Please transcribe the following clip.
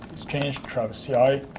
it's changed, travis yeah